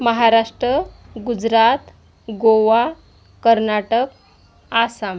Maharashtra Gujarat Goa Karnataka Assam